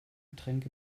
getränk